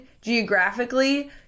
geographically